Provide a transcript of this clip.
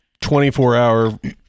24-hour